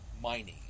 mining